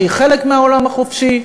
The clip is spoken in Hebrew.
שהיא חלק מהעולם החופשי,